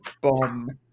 bomb